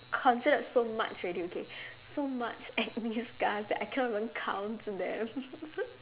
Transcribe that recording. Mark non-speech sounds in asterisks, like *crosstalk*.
considered so much already okay so much acne scars that I cannot even count them *laughs*